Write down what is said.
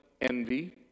envy